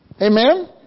Amen